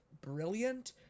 brilliant